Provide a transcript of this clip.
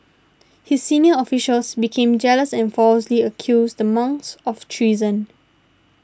his senior officials became jealous and falsely accused the monks of treason